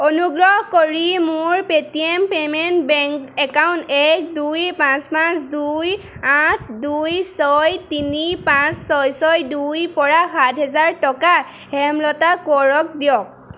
অনুগ্ৰহ কৰি মোৰ পে'টিএম পে'মেণ্ট বেংক একাউণ্ট এক দুই পাঁচ পাঁচ দুই আঠ দুই ছয় তিনি পাঁচ ছয় ছয় দুইৰ পৰা সাত হেজাৰ টকা হেমলতা কোঁৱৰক দিয়ক